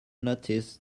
notice